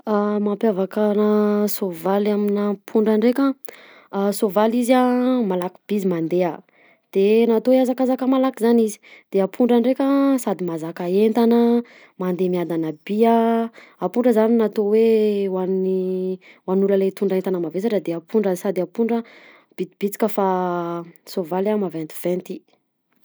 Raha mampiavaka soavaly amina ampondra nndreka a, soavaly izy a malaky be izy mandeha de natao ihazakazaka malaky zany izy de ampondra nndreka sady mazaka entana mandeha miandana bi a, ampondra zany natao hoe ho any ho an'olona mitondra entana mavezatra de ampondra, sady ampondra bitibitika fa soavaly maventiventy.